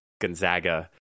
Gonzaga